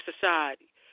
society